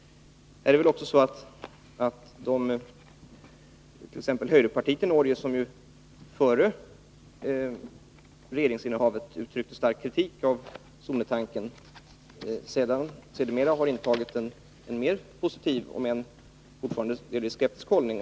F. ö. har högerpartiet i Norge, som före regeringsinnehavet uttryckt stark kritik mot zontanken sedermera intagit en mer positiv om än fortfarande delvis skeptisk hållning.